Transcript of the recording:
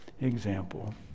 example